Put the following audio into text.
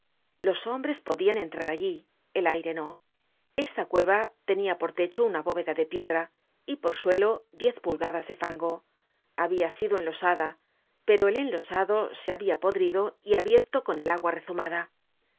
los hombres podian entrar allí el aire no esta cueva tenia por techo una bóveda de piedra y por suelo diez pulgadas de fango habia sido enlosada pero el enlosado se habia podrido y abierto con el agua rezumada